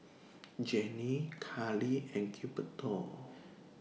Janie Carli and Gilberto